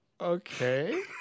Okay